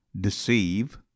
deceive